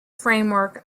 framework